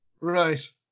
Right